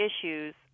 issues